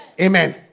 Amen